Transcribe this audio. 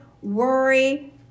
worry